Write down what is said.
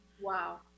wow